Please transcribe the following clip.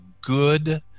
good